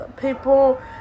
people